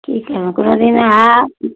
कि करबै कोनो दिन आब